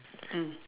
mm